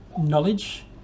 knowledge